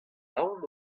aon